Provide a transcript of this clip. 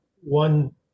one